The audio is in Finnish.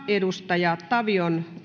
edustaja tavion